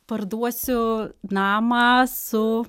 parduosiu namą su